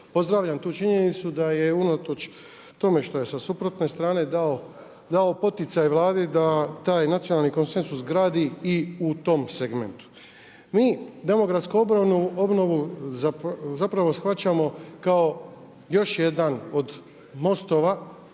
pozdravljam tu činjenicu da je unatoč tome što je sa suprotne strane dao poticaj Vladi da taj nacionalni konsenzus gradi i u tom segmentu. Mi demografsku obnovu zapravo shvaćamo kao još jedan od mostova